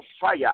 fire